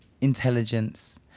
intelligence